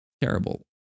terrible